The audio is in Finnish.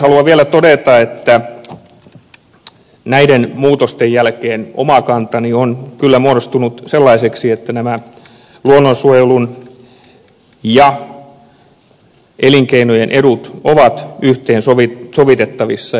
haluan vielä todeta että näiden muutosten jälkeen oma kantani on kyllä muodostunut sellaiseksi että nämä luonnonsuojelun ja elinkeinojen edut ovat yhteensovitettavissa